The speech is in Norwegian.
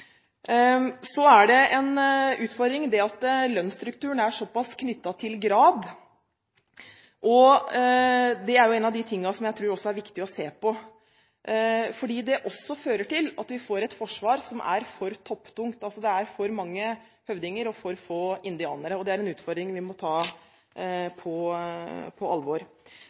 Så er det en utfordring at lønnsstrukturen er såpass knyttet til grad. Det er også en av de tingene jeg tror det er viktig å se på, fordi det fører til at vi får et forsvar som er for topptungt – det er for mange høvdinger og for få indianere. Det er en utfordring vi må ta på alvor.